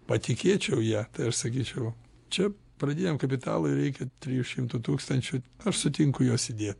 patikėčiau ja aš sakyčiau čia pradiniam kapitalui reikia trijų šimtų tūkstančių aš sutinku juos įdėt